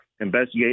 investigate